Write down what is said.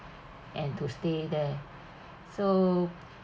and to stay there so